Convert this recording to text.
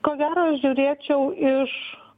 ko gero žiūrėčiau iš